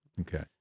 Okay